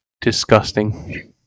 Disgusting